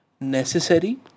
necessary